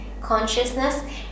consciousness